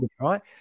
right